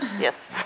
Yes